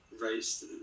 race